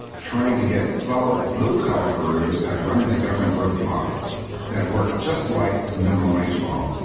trying to get solid blue collar careers, have run into government road blocks that work just like the minimum wage law.